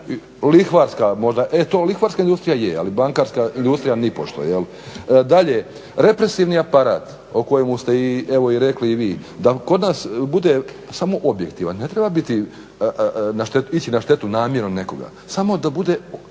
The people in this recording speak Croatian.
Lihvarska možda, e to lihvarska industrija je, ali bankarska industrija nipošto jel'. Dalje, represivni aparat o kojemu ste evo rekli i vi da kod nas bude samo objektivan, ne treba ići na štetu namjerno nekoga, samo neka bude